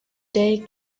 day